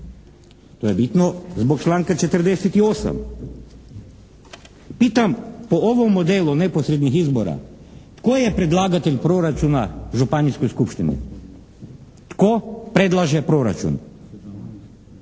To je bitno zbog članka 48. Pitam po ovom modelu neposrednih izbora, tko je predlagatelj proračuna županijskoj skupštini? Tko predlaže proračun?